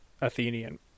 athenian